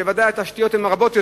שוודאי התשתיות שם רבות יותר.